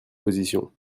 position